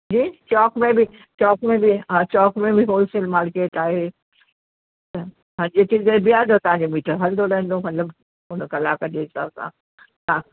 जी चौक में बि चौक में बि हा चौक में बि होलसेल मार्केट आहे हा जेतिरी देर बीहारिदांव तव्हांजो मीटर हलंदो रहंदो मतलबु हुन कलाक जे हिसाब सां हा